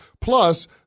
Plus